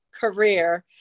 career